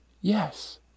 Yes